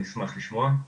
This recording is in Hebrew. אני אשמח לשמוע.